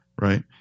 right